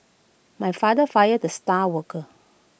my father fired the star worker